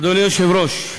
אדוני היושב-ראש,